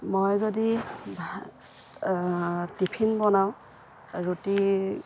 মই যদি ভাত টিফিন বনাওঁ ৰুটি